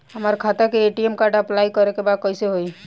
हमार खाता के ए.टी.एम कार्ड अप्लाई करे के बा कैसे होई?